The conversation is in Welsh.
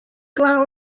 glaw